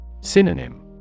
Synonym